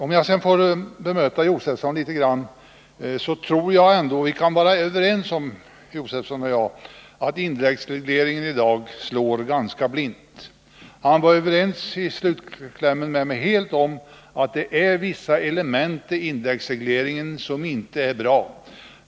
Om jag sedan får bemöta Stig Josefson litet, så tror jag att han och jag kan vara överens om att indexregleringen slår ganska blint i dag. Han var i slutklämmen helt överens med mig om att det är vissa element i indexregleringen som inte är bra.